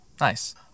Nice